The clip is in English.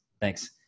Thanks